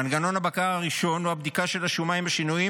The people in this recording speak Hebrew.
מנגנון הבקרה הראשון הוא הבדיקה של השומה עם השינויים